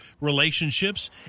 relationships